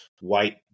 white